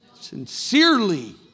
sincerely